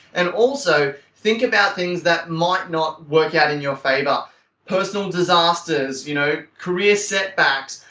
and also think about things that might not work out in your favor personal disasters, you know career setbacks,